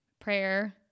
prayer